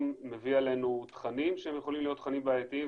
מביא עלינו תכנים שיכולים להיות תכנים בעייתיים,